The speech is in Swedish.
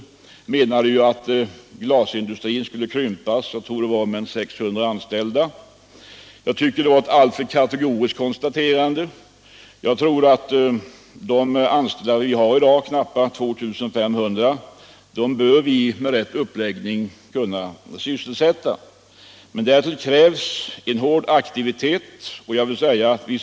manuella glasindu Den utredning som arbetade med att undersöka förutsättningarna för — Strin glasbruksindustrin redovisade sitt resultat för något år sedan. Man ansåg att glasindustrin var överdimensionerad i Sverige, det handlade om 600 anställda.